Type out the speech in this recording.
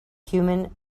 human